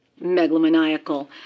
megalomaniacal